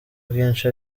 bwinshi